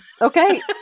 Okay